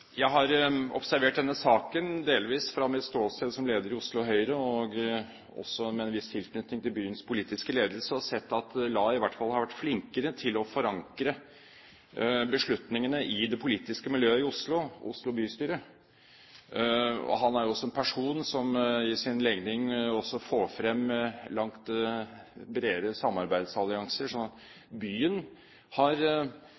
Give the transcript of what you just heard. Jeg har observert denne saken delvis fra mitt ståsted som leder i Oslo Høyre og også med en viss tilknytning til byens politiske ledelse, og sett at Lae i hvert fall har vært flinkere til å forankre beslutningene i det politiske miljøet i Oslo, i Oslo bystyre. Han er også en person som av legning får frem langt bredere samarbeidsallianser,